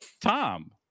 Tom